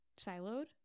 siloed